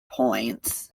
points